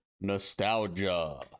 Nostalgia